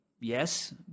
yes